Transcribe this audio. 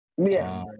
yes